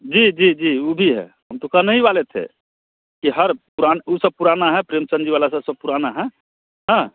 जी जी जी वह भी है हम तो कहने ही वाले थे कि हर पुरान वह सब पुराना है प्रेमचंद जी वाला सब पुराना है हाँ